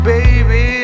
Baby